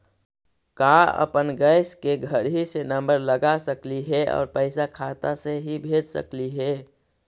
का अपन गैस के घरही से नम्बर लगा सकली हे और पैसा खाता से ही भेज सकली हे?